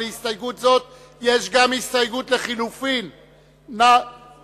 אנחנו עוברים באותו פרק להסתייגות השלישית לסעיף 41. נא להצביע,